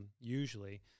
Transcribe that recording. usually